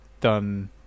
done